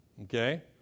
Okay